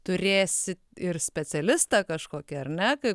turėsi ir specialistą kažkokį ar ne kaip